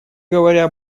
говоря